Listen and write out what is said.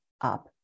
up